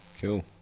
Cool